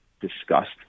discussed